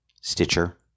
Stitcher